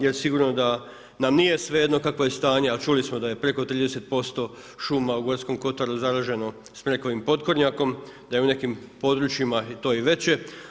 Jer sigurno da nam nije svejedno kakvo je stanje, a čuli smo da je preko 30% šuma u Gorskom kotaru zaraženo smrekovim potkornjakom, da je u nekim područjima to i veće.